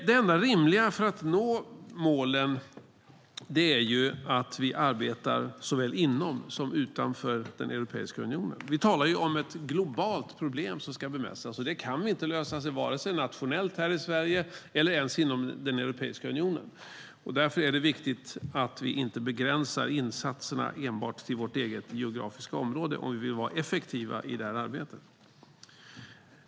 Det enda rimliga för att nå målen är att vi arbetar såväl inom som utanför Europeiska unionen. Vi talar ju om ett globalt problem som ska bemästras, och det kan vi inte lösa vare sig nationellt här i Sverige eller ens inom Europeiska unionen. Därför är det viktigt att vi inte begränsar insatserna enbart till vårt eget geografiska område om vi vill vara effektiva i det här arbetet.